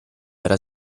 era